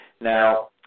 Now